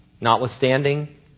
Notwithstanding